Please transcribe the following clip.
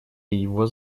его